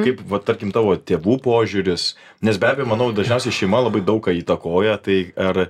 kaip va tarkim tavo tėvų požiūris nes be abejo manau dažniausiai šeima labai daug ką įtakoja tai ar